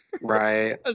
right